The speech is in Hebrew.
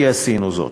כי עשינו זאת.